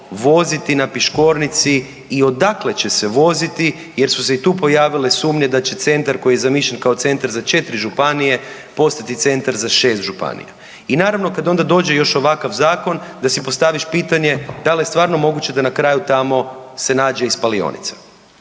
voziti na Piškornici i odakle će se voziti jer su se i tu pojavile sumnje da će centar koji je zamišljen kao centar za 4 županije postati centar za 6 županija. I naravno kad onda dođe još ovakav zakon da si postaviš pitanje da li je stvarno moguće da na kraju tamo se nađe i spalionica.